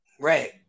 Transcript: Right